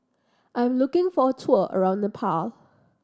I'm looking for a tour around Nepal